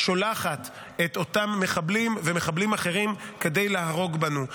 שולחת את אותם מחבלים ומחבלים אחרים כדי להרוג בנו.